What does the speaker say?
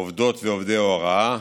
עובדות ועובדי ההוראה,